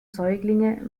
säuglinge